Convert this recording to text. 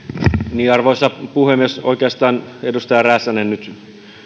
arvoisa puhemies oikeastaan edustaja räsänen